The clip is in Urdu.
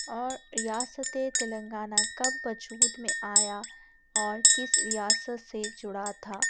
اور ریاست تلنگانہ کب وجود میں آیا اور کس ریاست سے جڑا تھا